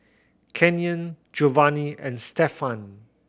Canyon Giovani and Stefan